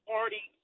Party